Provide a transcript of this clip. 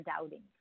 doubting